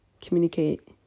communicate